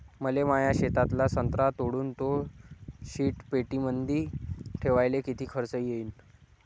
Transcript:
मले माया शेतातला संत्रा तोडून तो शीतपेटीमंदी ठेवायले किती खर्च येईन?